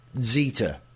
Zeta